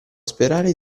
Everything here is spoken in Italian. sperare